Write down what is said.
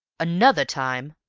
another time!